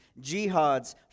jihads